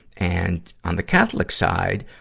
and, on the catholic side,